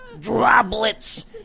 Droplets